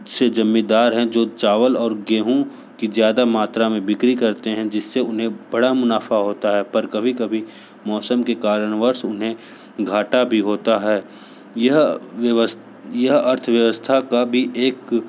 से जमीदार हैं जो चावल और गेहूँ की ज्यादा मात्रा में बिक्री करते हैं जिससे उन्हें बड़ा मुनाफ़ा होता है पर कभी कभी मौसम के कारणवश उन्हें घाटा भी होता है यह व्यवस्था यह अर्थव्यवस्था का भी एक